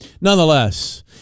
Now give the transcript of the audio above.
Nonetheless